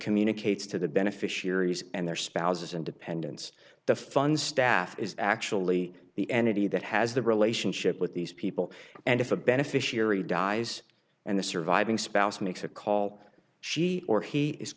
communicates to the beneficiaries and their spouses and dependents the fund staff is actually the entity that has the relationship with these people and if a beneficiary dies and the surviving spouse makes a call she or he is